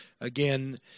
again